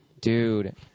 Dude